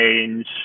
change